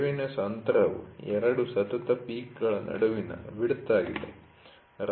waviness ಅಂತರವು ಎರಡು ಸತತ ಪೀಕ್'ಗಳ ನಡುವಿನ ವಿಡ್ತ್ ಆಗಿದೆ